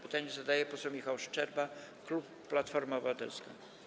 Pytanie zadaje poseł Michał Szczerba, klub Platforma Obywatelska.